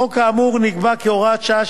החוק האמור נקבע כהוראת שעה,